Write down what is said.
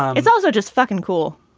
it's also just fucking cool.